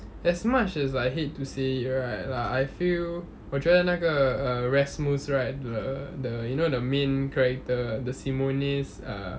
as much as I hate to say it right like I feel 我觉得那个 uh rasmus right the the you know the main character the simone's uh